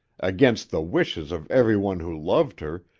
against the wishes of every one who loved her,